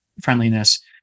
friendliness